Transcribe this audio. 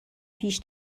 پیش